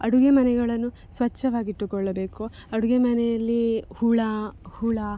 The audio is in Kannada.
ಅಡುಗೆ ಮನೆಗಳನ್ನು ಸ್ವಚ್ಛವಾಗಿಟ್ಟುಕೊಳ್ಳಬೇಕು ಅಡುಗೆ ಮನೆಯಲ್ಲಿ ಹುಳು ಹುಳು